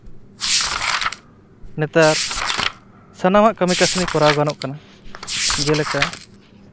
ᱱᱮᱛᱟᱨ ᱥᱟᱱᱟᱢᱟᱜ ᱠᱟᱹᱢᱤ ᱠᱟᱹᱥᱱᱤ ᱠᱚᱨᱟᱣ ᱜᱟᱱᱚᱜ ᱠᱟᱱᱟ ᱡᱮᱞᱮᱠᱟ